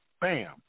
bam